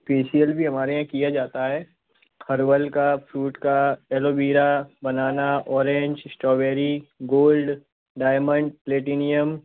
facial भी हमारे यहाँ किया जाता है हर्बल का फ़्रूट का aloe vera banana orange strawberry gold diamond platinum